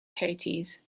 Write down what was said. coatis